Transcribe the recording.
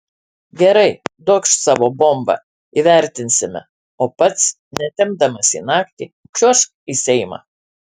gerai duokš savo bombą įvertinsime o pats netempdamas į naktį čiuožk į seimą